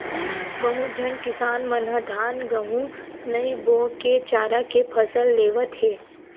बहुत झन किसान मन ह धान, गहूँ नइ बो के चारा के फसल लेवत हे